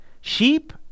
Sheep